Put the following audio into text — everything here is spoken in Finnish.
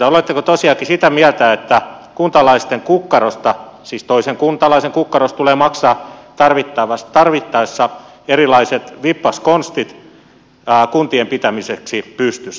oletteko tosiaankin sitä mieltä että kuntalaisten kukkarosta siis toisen kuntalaisen kukkarosta tulee maksaa tarvittaessa erilaiset vippaskonstit kuntien pitämiseksi pystyssä